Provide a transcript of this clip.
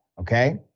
Okay